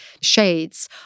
shades –